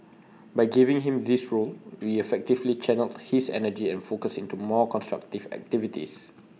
by giving him this role we effectively channelled his energy and focus into more constructive activities